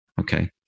Okay